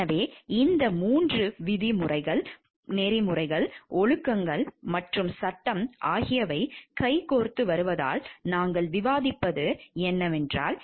எனவே இந்த 3 விதிமுறைகள் நெறிமுறைகள் ஒழுக்கங்கள் மற்றும் சட்டம் ஆகியவை கைகோர்த்து வருவதால் நாங்கள் விவாதித்து வருகிறோம்